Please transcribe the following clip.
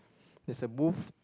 there's a booth